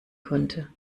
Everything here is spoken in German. konnte